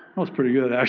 was pretty good